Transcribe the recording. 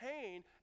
pain